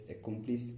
accomplish